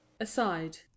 Aside